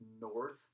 north